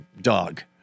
dog